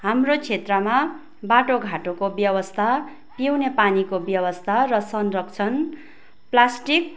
हाम्रो क्षेत्रमा बाटो घाटोको व्यवस्था पिउने पानीको व्यवस्था र संरक्षण प्लास्टिक